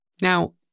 Now